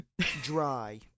Dry